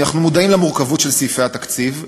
אנחנו מודעים למורכבות של סעיפי התקציב,